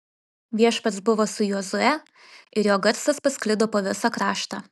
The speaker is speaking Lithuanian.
viešpats buvo su jozue ir jo garsas pasklido po visą kraštą